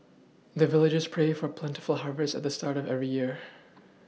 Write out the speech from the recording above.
the villagers pray for plentiful harvest at the start of every year